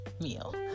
meal